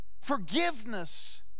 Forgiveness